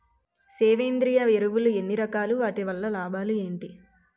సేంద్రీయ ఎరువులు ఎన్ని రకాలు? వాటి వల్ల లాభాలు ఏంటి?